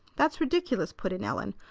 that's ridiculous! put in ellen.